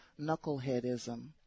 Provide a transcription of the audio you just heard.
knuckleheadism